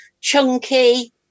chunky